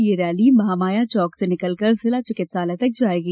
यह रैली महामाया चौक से निकलकर जिला चिकित्सालय तक जाएगी